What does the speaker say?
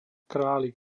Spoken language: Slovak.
králik